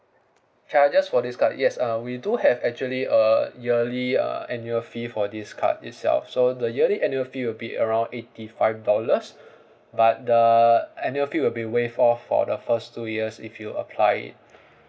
charges for this card yes uh we do have actually uh yearly uh annual fee for this card itself so the yearly annual fee will be around eighty five dollars but the annual fee will be waive off for the first two years if you apply it